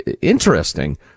interesting